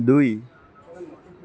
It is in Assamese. দুই